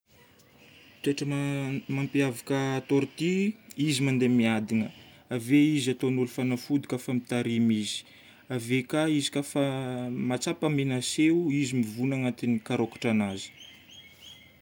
Toetra ma- mampiavaka tortue, izy mandeha miadana. Ave izy ataon'olo fanafody kafa mitarimy izy. Ave koa, izy koafa mahatsapa menacé i, izy mivona agnatin'ny karokitranazy.